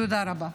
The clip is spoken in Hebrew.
תודה רבה.